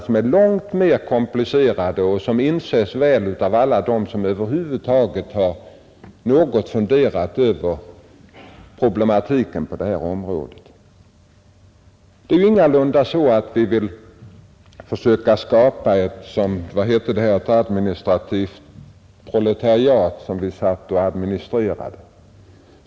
De är långt mera komplicerade, det inser alla som över huvud taget funderat över problematiken på detta område. Det är ingalunda så att vi vill försöka skapa ett ”administrativt proletariat” som vi skulle sitta och styra.